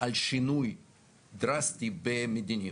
על שינוי דרסטי במדיניות,